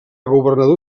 governador